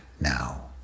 now